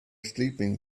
sleeping